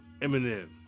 Eminem